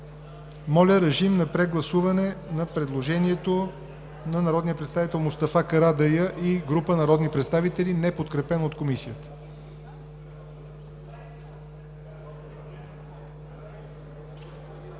Моля, режим на прегласуване на предложението на народния представител Мустафа Карадайъ и група народни представители, неподкрепено от Комисията.